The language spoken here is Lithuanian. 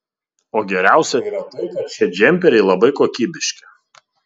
o geriausia yra tai kad šie džemperiai labai kokybiški